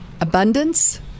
abundance